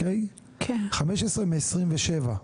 15 מ-27.